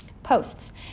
Posts